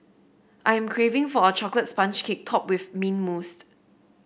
I am craving for a chocolate sponge cake topped with mint mousse